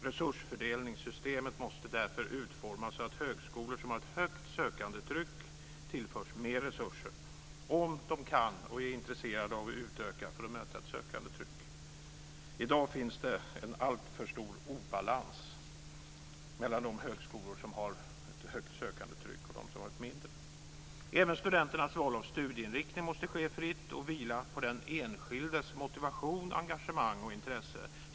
Resursfördelningssystemet måste därför utformas så att högskolor som har ett högt sökandetryck tillförs mer resurser, om de kan och är intresserade av att utöka för att möta ett sökandetryck. I dag finns det en alltför stor obalans mellan de högskolor som har ett stort antal sökande och de som har ett mindre antal sökande. Även studenternas val av studieinriktning måste ske fritt och vila på den enskildes motivation, engagemang och intresse.